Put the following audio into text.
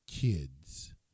kids